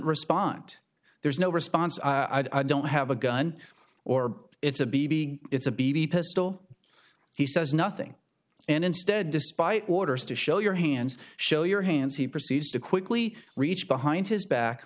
respond there's no response i don't have a gun or it's a b b it's a b b pistol he says nothing and instead despite orders to show your hands show your hands he proceeds to quickly reach behind his back